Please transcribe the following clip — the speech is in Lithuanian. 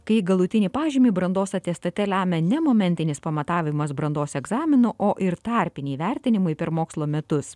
kai galutinį pažymį brandos atestate lemia ne momentinis pamatavimas brandos egzaminu o ir tarpiniai įvertinimai per mokslo metus